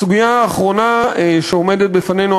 הסוגיה האחרונה שעומדת בפנינו,